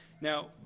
Now